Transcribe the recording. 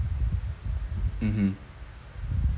mmhmm